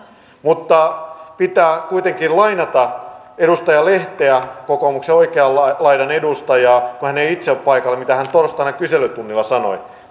mutta pitää kuitenkin lainata edustaja lehteä kokoomuksen oikean laidan laidan edustajaa kun hän ei itse ole paikalla sitä mitä hän torstaina kyselytunnilla sanoi